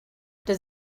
does